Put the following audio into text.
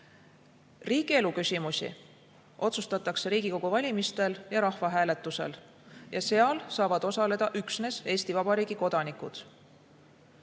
Riigielu küsimusi otsustatakse Riigikogu valimistel ja rahvahääletusel, seal saavad osaleda üksnes Eesti Vabariigi kodanikud.